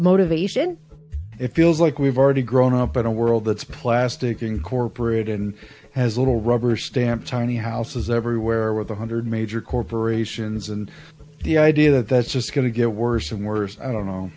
motivation if you like we've already grown up in a world that's plastic and corporate and has little rubber stamp tiny houses everywhere with a one hundred major corporations and the idea that that's just going to get worse and worse i don't know